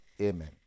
Amen